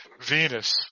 Venus